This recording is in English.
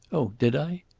oh, did i?